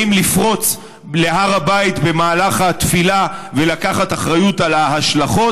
האם לפרוץ להר הבית במהלך התפילה ולקחת אחריות על ההשלכות?